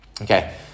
Okay